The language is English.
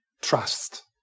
trust